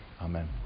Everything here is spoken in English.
Amen